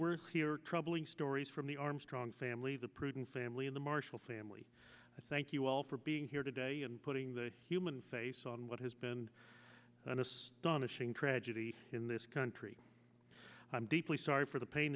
we're here troubling stories from the armstrong family the prudent family in the marshall family i thank you all for being here today and putting the human face on what has been an astonishing tragedy in this country i'm deeply sorry for the pain